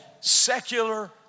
secular